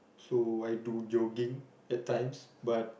so I do jogging at times but